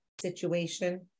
situation